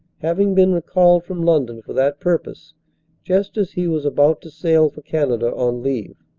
having been recalled from london for that purpose just as he was about to sail for canada on leave.